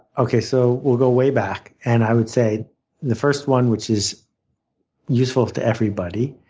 okay so we'll go way back. and i would say the first one which is useful to everybody,